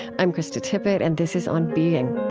i'm krista tippett and this is on being